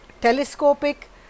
telescopic